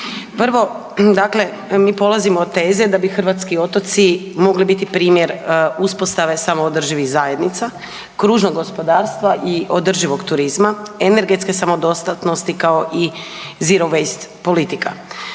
Prvo dakle, mi polazimo od teze da bi hrvatski otoci mogli biti primjer uspostave samoodrživih zajednica, kružnog gospodarstva i održivog turizma, energetske samodostatnosti kao i Zero Waste politika.